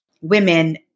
women